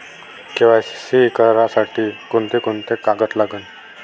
KYC करासाठी कोंते कोंते कागद लागन?